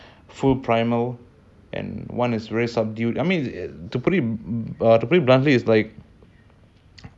tamer you know they just very quiet they just do their own thing but if you go and see a wild boar its a lot more aggressive a lot more fierce and